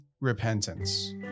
repentance